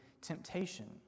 temptation